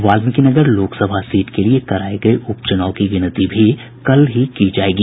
Valmiki Nagar Lok Sabha seat के लिए कराए गए उपचुनाव की गिनती भी कल ही की जाएगी